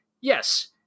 Yes